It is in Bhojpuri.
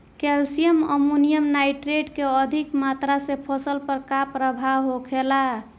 कैल्शियम अमोनियम नाइट्रेट के अधिक मात्रा से फसल पर का प्रभाव होखेला?